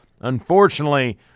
unfortunately